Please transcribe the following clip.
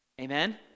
Amen